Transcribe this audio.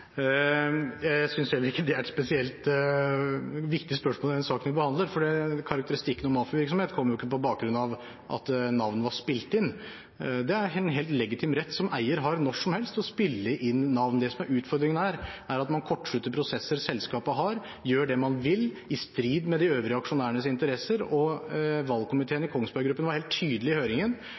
er et spesielt viktig spørsmål i den saken vi behandler, fordi karakteristikken om mafiavirksomhet kom jo ikke på bakgrunn av at navn var spilt inn. Det er en helt legitim rett som eier har til når som helst å spille inn navn. Det som er utfordringen her, er at man kortslutter prosesser selskapet har og gjør det man vil, i strid med de øvrige aksjonærenes interesser. Valgkomiteen i Kongsberg Gruppen var helt tydelig i høringen